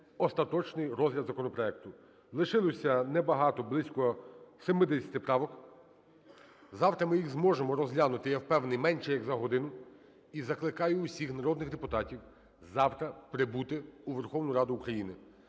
остаточний розгляд законопроекту. Лишилося небагато – близько 70 правок. Завтра ми їх зможемо розглянути, я впевнений, менше як за годину. І закликаю усіх народних депутатів завтра прибути у Верховну Раду України.